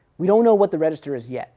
we don't know what the register is yet,